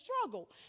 struggle